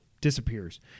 disappears